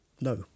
no